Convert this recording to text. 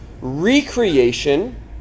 recreation